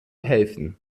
helfen